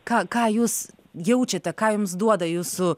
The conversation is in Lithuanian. ką ką jūs jaučiate ką jums duoda jūsų